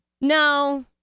No